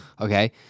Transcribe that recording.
Okay